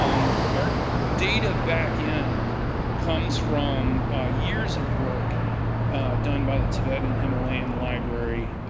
um our data back-end comes from years of work done by the tibetan and himalayan library